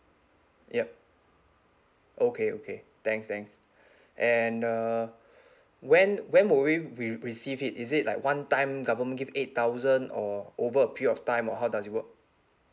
yup okay okay thanks thanks and uh when when will we re~ receive it is it like one time government give eight thousand or over a period of time or how does it work